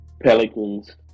Pelicans